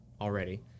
already